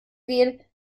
gehen